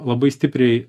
labai stipriai